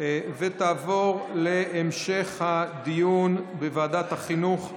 ותעבור להמשך הדיון בוועדת החינוך,